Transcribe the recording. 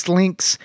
links